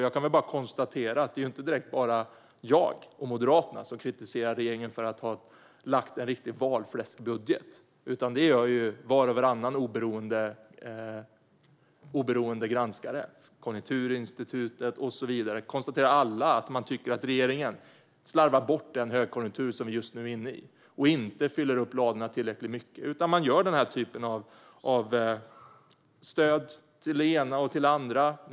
Jag kan väl bara konstatera att det inte bara är jag och Moderaterna som kritiserar regeringen för att ha lagt fram en riktig valfläskbudget, utan det gör var och varannan oberoende granskare. Konjunkturinstitutet och så vidare tycker att regeringen slarvar bort den högkonjunktur som vi just nu är inne i. Man fyller inte ladorna tillräckligt mycket utan ger den här typen av stöd till det ena och till det andra.